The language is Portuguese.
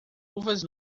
luvas